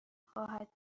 خواهد